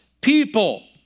people